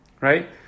right